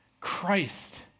Christ